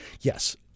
yes